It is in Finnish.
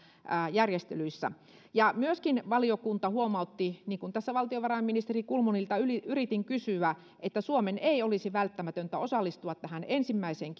järjestelyissä ja myöskin valiokunta huomautti niin kuin tässä valtiovarainministeri kulmunilta yritin kysyä että suomen ei olisi välttämätöntä osallistua tähän ensimmäiseen